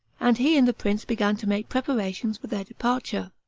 and he and the prince began to make preparations for their departure.